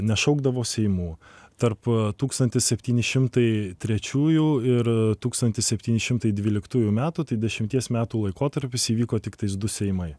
nešaukdavo seimų tarp tūkstantis septyni šimtai trečiųjų ir tūkstantis septyni šimtai dvyliktųjų metų tai dešimties metų laikotarpis įvyko tiktai du seimai